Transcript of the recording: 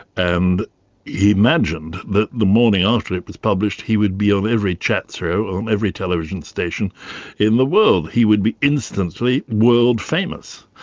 and he imagined that the morning after it was published, he would be on every chat-show, on every television station in the world he would be instantly world-famous.